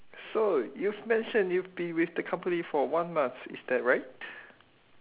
so you've mentioned you've been with the company for one month is that right